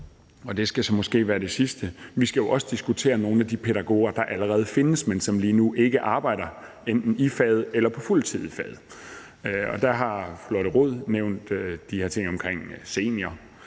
og det skal så måske være det sidste – at vi skal diskutere nogle af de pædagoger, der allerede findes, men som lige nu enten ikke arbejder i faget eller ikke arbejder på fuldtid i faget, og der har fru Lotte Rod nævnt de her ting omkring, at senior-